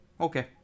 Okay